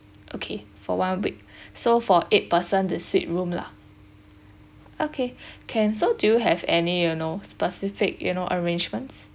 okay for one week so for eight person the suite room lah okay can so do you have any you know specific you know arrangements